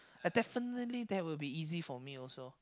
definitely that will be easy for me also